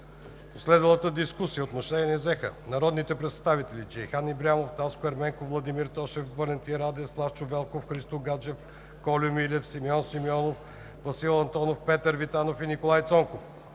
последвалата дискусия отношение взеха народните представители Джейхан Ибрямов, Таско Ерменков, Владимир Тошев, Валентин Радев, Славчо Велков, Христо Гаджев, Кольо Милев, Симеон Симеонов, Васил Антонов, Петър Витанов и Николай Цонков.